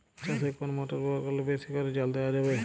চাষে কোন মোটর ব্যবহার করলে বেশী করে জল দেওয়া যাবে?